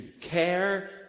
care